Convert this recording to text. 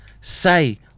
say